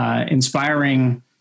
inspiring